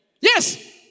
Yes